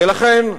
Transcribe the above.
ולכן,